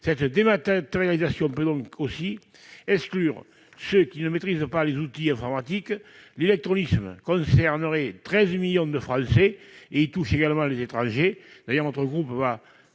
Cette dématérialisation peut aussi exclure ceux qui ne maîtrisent pas les outils informatiques : l'illectronisme concernerait 13 millions de Français, mais également des étrangers. D'ailleurs, notre groupe